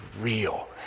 real